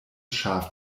schaf